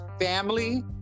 family